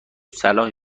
صلاح